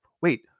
wait